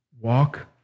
walk